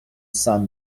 сам